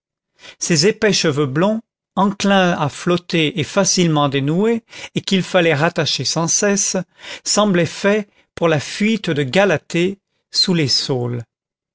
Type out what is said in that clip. ses épais cheveux blonds enclins à flotter et facilement dénoués et qu'il fallait rattacher sans cesse semblaient faits pour la fuite de galatée sous les saules